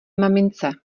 mamince